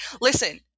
listen